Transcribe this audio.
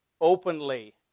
Openly